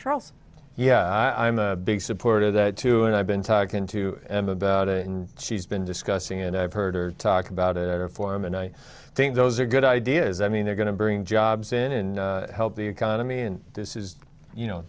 charles yeah i'm a big supporter of that too and i've been talking to him about it and she's been discussing it and i've heard her talk about it or form and i think those are good ideas i mean they're going to bring jobs in help the economy and this is you know